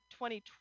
2020